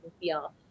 feel